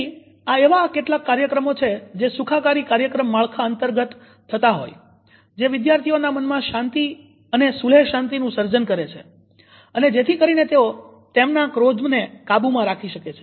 તેથી આ એવા કેટલાક કાર્યક્રમો છે જે સુખાકારી કાર્યક્રમ માળખા અંતર્ગત થતા હોય જે વિદ્યાર્થીઓના મનમાં શાંતિ અને સુલેહ શાંતિનું સર્જન કરે છે અને જેથી કરીને તેઓ તેમના ક્રોધને કાબુમાં રાખી શકે